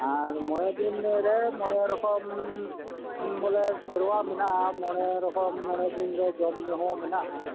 ᱟᱨ ᱢᱚᱬᱮ ᱫᱤᱱ ᱨᱮ ᱢᱚᱬᱮ ᱨᱚᱠᱚᱢ ᱵᱚᱞᱮ ᱥᱮᱨᱶᱟ ᱢᱮᱱᱟᱜᱼᱟ ᱢᱚᱬᱮ ᱨᱚᱠᱚᱢ ᱢᱚᱬᱮ ᱫᱤᱱ ᱨᱮ ᱡᱚᱢ ᱧᱩᱦᱚᱸ ᱢᱮᱱᱟᱜᱼᱟ